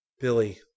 Billy